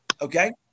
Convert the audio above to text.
Okay